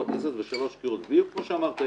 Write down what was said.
הכנסת בשלוש קריאות בדיוק כמו שאמרת,